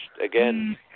again